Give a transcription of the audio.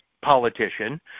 politician